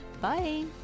Bye